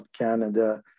Canada